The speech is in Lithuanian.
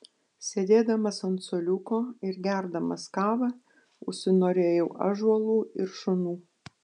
sėdėdamas ant suoliuko ir gerdamas kavą užsinorėjau ąžuolų ir šunų